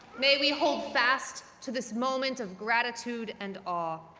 may we hold fast to this moment of gratitude and awe.